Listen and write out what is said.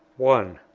one.